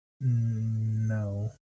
No